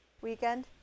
weekend